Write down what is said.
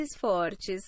Fortes